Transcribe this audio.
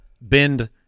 bend